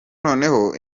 noneho